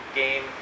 game